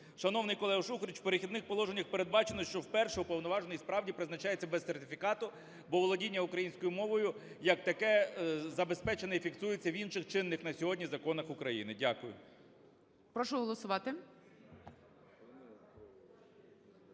Шановний колего Шуфрич, в "Перехідних положеннях" передбачено, що вперше уповноважений справді призначається без сертифікату, бо володіння українською мовою як таке забезпечене і фіксується в інших чинних на сьогодні законах України. Дякую.